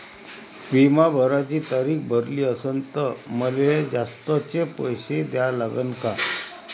बिमा भराची तारीख भरली असनं त मले जास्तचे पैसे द्या लागन का?